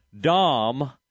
Dom